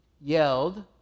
yelled